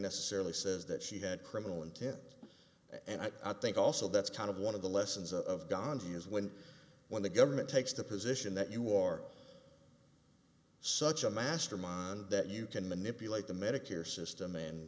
necessarily says that she had criminal intent and i think also that's kind of one of the lessons of gandhi is when when the government takes the position that you are such a mastermind that you can manipulate the medicare system and